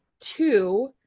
Two